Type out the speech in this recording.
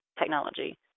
technology